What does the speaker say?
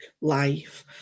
life